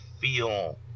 feel